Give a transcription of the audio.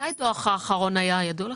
מתי הדוח האחרון היה, ידוע לך,